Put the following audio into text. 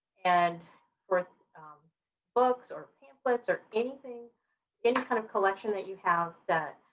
and for books or pamphlets or anything any kind of collection that you have that